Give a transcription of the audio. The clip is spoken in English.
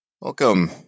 Welcome